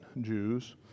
Jews